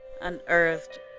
unearthed